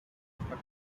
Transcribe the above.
but